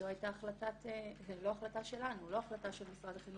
זו לא החלטה שלנו, לא החלטה של משרד החינוך.